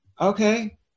okay